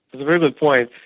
very good point,